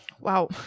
Wow